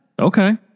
Okay